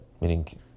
Meaning